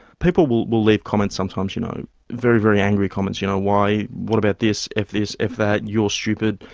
people will will leave comments sometimes, you know very, very angry comments you know why, what about this, eff this, eff that, you're stupid,